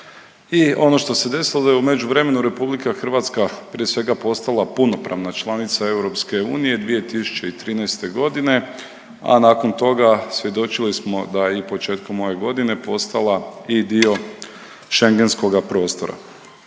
I ono što se desilo da je u međuvremenu Republika Hrvatska prije svega postala punopravna članica EU 2013. godine, a nakon toga svjedočili smo da je i početkom ove godine postala i dio Schengenskoga prostora.